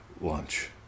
lunch